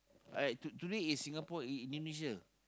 uh to today is Singapore In~ Indonesia